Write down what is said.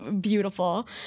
beautiful